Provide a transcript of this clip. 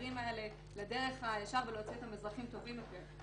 הנערים האלה לדרך הישר ולהוציא אותם אזרחים טובים יותר.